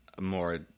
more